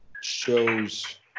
shows